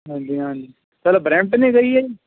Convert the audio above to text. ਹਾਂਜੀ ਹਾਂਜੀ ਤੁਹਾਡਾ ਬਰੈਂਮਟ ਨੂੰ ਗਈ ਹੈ ਜੀ